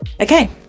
Okay